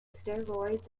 steroids